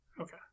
Okay